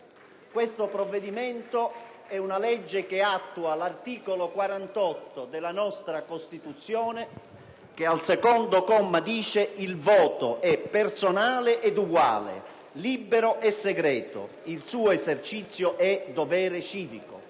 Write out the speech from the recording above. Questo provvedimento è una legge che attua l'articolo 48 della nostra Costituzione, che al secondo comma recita: «Il voto è personale ed eguale, libero e segreto. Il suo esercizio è dovere civico.».